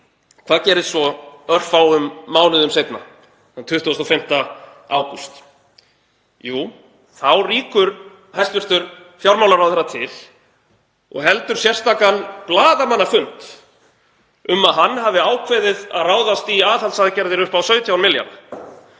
Hvað gerist svo örfáum mánuðum seinna, þann 25. ágúst? Jú, þá rýkur hæstv. fjármálaráðherra til og heldur sérstakan blaðamannafund um að hann hafi ákveðið að ráðast í aðhaldsaðgerðir upp á 17